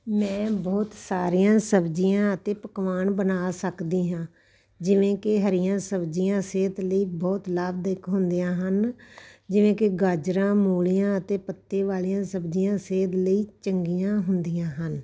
ਮੈਂ ਬਹੁਤ ਸਾਰੀਆਂ ਸਬਜ਼ੀਆਂ ਅਤੇ ਪਕਵਾਨ ਬਣਾ ਸਕਦੀ ਹਾਂ ਜਿਵੇਂ ਕਿ ਹਰੀਆਂ ਸਬਜ਼ੀਆਂ ਸਿਹਤ ਲਈ ਬਹੁਤ ਲਾਭਦਾਇਕ ਹੁੰਦੀਆਂ ਹਨ ਜਿਵੇਂ ਕਿ ਗਾਜਰਾਂ ਮੂਲੀਆਂ ਅਤੇ ਪੱਤੇ ਵਾਲੀਆਂ ਸਬਜ਼ੀਆਂ ਸਿਹਤ ਲਈ ਚੰਗੀਆਂ ਹੁੰਦੀਆਂ ਹਨ